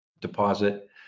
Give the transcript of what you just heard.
deposit